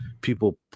people